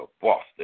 Boston